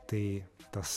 tai tas